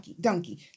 donkey